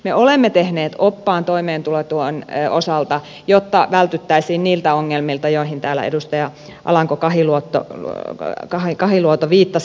me olemme tehneet oppaan toimeentulotuen osalta jotta vältyttäisiin niiltä ongelmilta joihin täällä edustaja alanko kahiluoto viittasi